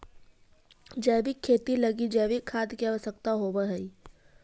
जैविक खेती लगी जैविक खाद के आवश्यकता होवऽ हइ